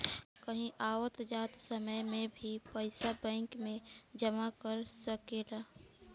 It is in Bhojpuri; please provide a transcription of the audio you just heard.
कहीं आवत जात समय में भी पइसा बैंक में जमा कर सकेलऽ